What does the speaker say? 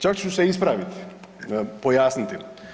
Čak ću se ispraviti, pojasniti.